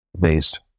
based